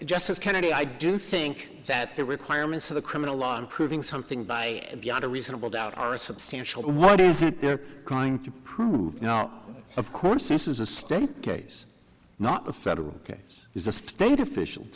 justice kennedy i do think that the requirements of the criminal law in proving something by beyond a reasonable doubt are a substantial what is it they're trying to prove now of course this is a state case not a federal case is a state official